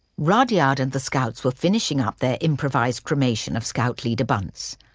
rudyard and the scouts were finishing up their improvised cremation of scout leader bunce.